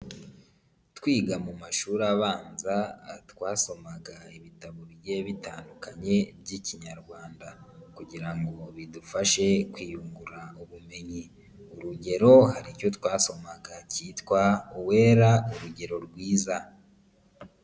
Twiga mu mashuri abanza twasomaga ibitabo bigiye bitandukanye by'ikinyarwanda kugira ngo bidufashe kwiyungura ubumenyi, urugero haricyo twasomaga cyitwa uwera urugero rwiza.